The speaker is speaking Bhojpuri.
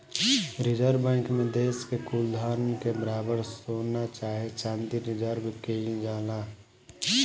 रिजर्व बैंक मे देश के कुल धन के बराबर सोना चाहे चाँदी रिजर्व केइल जाला